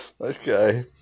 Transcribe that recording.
Okay